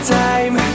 time